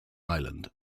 island